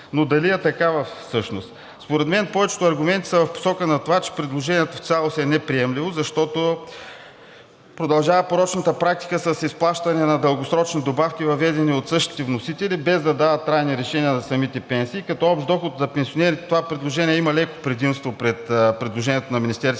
Но дали е така всъщност? Според мен повечето аргументи са в посока на това, че предложението в цялост е неприемливо, защото продължава порочната практика с изплащане на дългосрочно добавки, въведени от същите вносители, без да дават трайни решения за самите пенсии. Като общ доход за пенсионерите това предложение има леко предимство пред предложението на Министерския